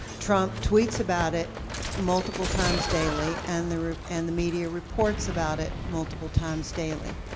trump tweets about it multiple times daily and the and the media reports about it multiple times daily.